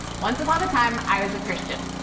once upon a time i was a christian.